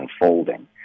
unfolding